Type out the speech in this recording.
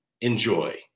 Enjoy